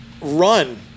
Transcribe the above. run